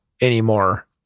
anymore